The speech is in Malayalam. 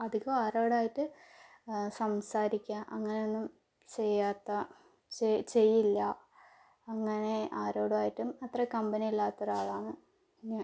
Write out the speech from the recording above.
അധികം ആരോടായിട്ടു സംസാരിക്കുക അങ്ങനെ ഒന്നും ചെയ്യാത്ത ചെയ്യി ചെയ്യില്ല അങ്ങനെ ആരോടായിട്ടും അത്ര കമ്പനി അല്ലാത്ത ഒരാളാണ് ഞാൻ